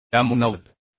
त्यामुळे 90